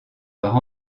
par